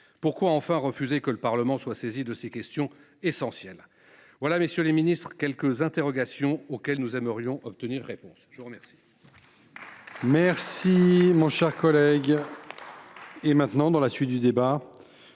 Pourquoi refuser que le Parlement soit saisi de ces questions essentielles ? Voilà, messieurs les ministres, quelques interrogations sur lesquelles nous aimerions obtenir des réponses ! La parole